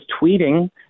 tweeting